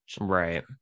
right